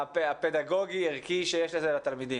הפדגוגי ערכי שיש לזה לתלמידים.